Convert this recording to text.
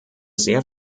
sehr